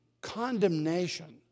condemnation